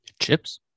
chips